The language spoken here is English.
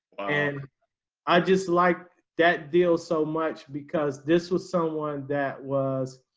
and i just like that deal so much because this was someone that was